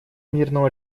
мирного